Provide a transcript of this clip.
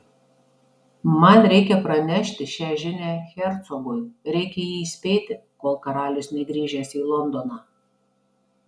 man reikia pranešti šią žinią hercogui reikia jį įspėti kol karalius negrįžęs į londoną